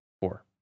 four